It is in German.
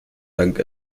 dank